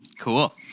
Cool